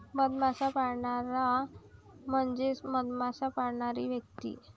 मधमाश्या पाळणारा म्हणजे मधमाश्या पाळणारी व्यक्ती